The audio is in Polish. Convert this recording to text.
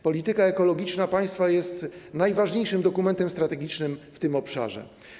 Polityka ekologiczna państwa jest najważniejszym dokumentem strategicznym w tym obszarze.